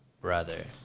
brother